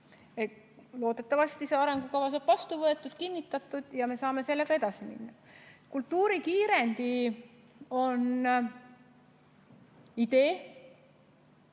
Loodetavasti see arengukava saab vastu võetud, kinnitatud ja me saame sellega edasi minna. Kultuurikiirendi on idee,